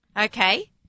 Okay